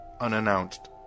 unannounced